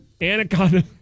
Anaconda